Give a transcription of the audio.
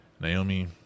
Naomi